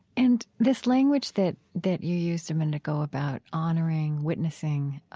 and this language that that you used a minute ago about honoring, witnessing,